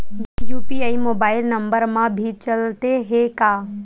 UPI mobile number मा भी चलते हे का?